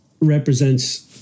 represents